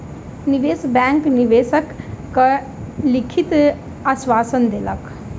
निवेश बैंक निवेशक के लिखित आश्वासन देलकै